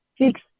six